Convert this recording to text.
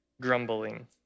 grumbling